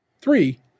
three